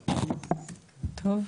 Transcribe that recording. טוב.